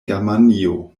germanio